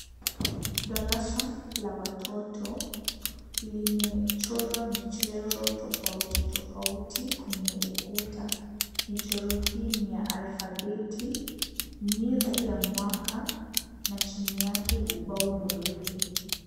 Darasa la watoto limechorwa michoro tofauti tofauti kwenye ukuta, michoro hii ni ya alfabeti, miezi ya mwaka na chini yake miezi meupe.